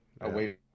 away